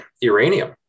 uranium